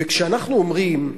וכשאנחנו אומרים,